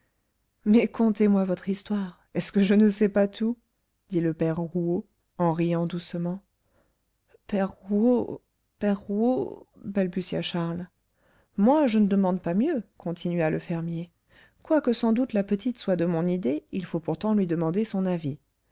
mais contez-moi votre histoire est-ce que je ne sais pas tout dit le père rouault en riant doucement père rouault père rouault balbutia charles moi je ne demande pas mieux continua le fermier quoique sans doute la petite soit de mon idée il faut pourtant lui demander son avis